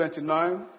29